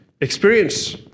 experience